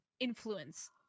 influence